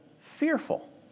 fearful